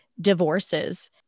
divorces